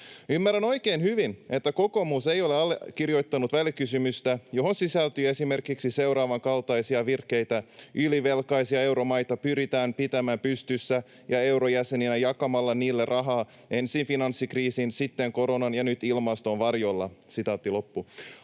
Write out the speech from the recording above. Ymmärrän oikein hyvin, että kokoomus ei ole allekirjoittanut välikysymystä, johon sisältyy esimerkiksi seuraavankaltaisia virkkeitä: ”Ylivelkaisia euromaita pyritään pitämään pystyssä ja eurojäseninä jakamalla niille rahaa ensin finanssikriisin, sitten koronan ja nyt ilmaston varjolla.” Haluavatko